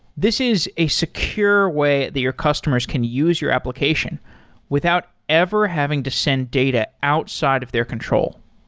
this is a secure way that your customers can use your application without ever having to send data outside of their control.